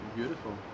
beautiful